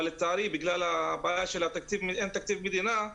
אבל לצערי, בגלל הבעיה שאין תקציב מדינה,